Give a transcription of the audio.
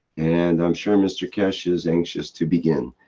and i'm sure mr. keshe is anxious to begin.